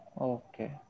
Okay